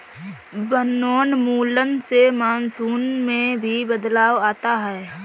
वनोन्मूलन से मानसून में भी बदलाव आता है